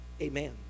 amen